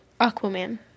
Aquaman